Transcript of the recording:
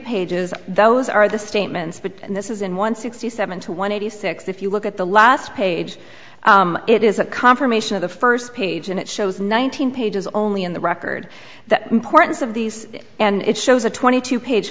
pages those are the statements but and this is in one sixty seven to one eighty six if you look at the last page it is a confirmation of the first page and it shows nine hundred pages only in the record that importance of these and it shows a twenty two page